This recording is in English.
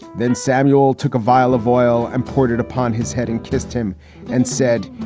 then samuel took a vial of oil imported upon his head and kissed him and said,